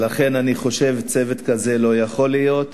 לכן אני חושב שצוות כזה, לא יכול להיות